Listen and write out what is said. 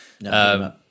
no